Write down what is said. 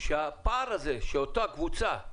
שהפער הזה שאותה קבוצה,